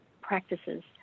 practices